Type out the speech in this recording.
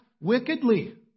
wickedly